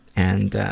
and